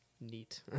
Neat